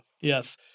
Yes